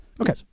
Okay